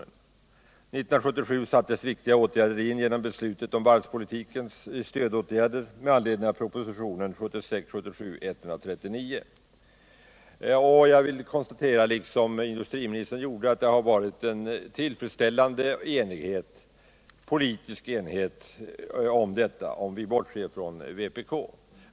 1977 sattes viktiga åtgärder in genom beslutet om varvspolitikens stödåtgärder med anledning av propositionen 1976/77:139. Jag vill, liksom industriministern gjorde, konstatera att det har varit en tillfredsstäl lande politisk enighet om detta, om vi bortser från vpk.